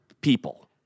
people